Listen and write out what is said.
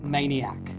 Maniac